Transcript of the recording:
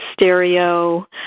stereo